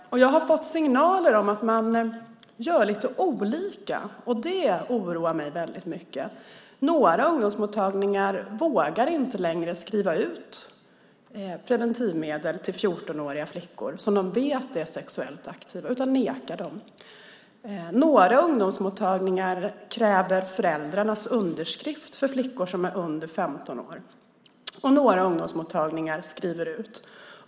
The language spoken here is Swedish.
Jag har fått signaler om att man gör lite olika. Det oroar mig väldigt mycket. Några ungdomsmottagningar vågar inte längre skriva ut preventivmedel till 14-åriga flickor som de vet är sexuellt aktiva utan nekar dem. Några ungdomsmottagningar kräver föräldrarnas underskrift för flickor som är under 15 år. Några ungdomsmottagningar skriver ut.